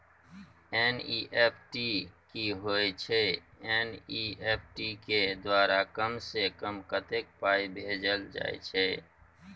NEFT की होय छै एन.ई.एफ.टी के द्वारा कम से कम कत्ते पाई भेजल जाय छै?